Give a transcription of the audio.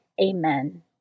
Amen